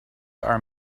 are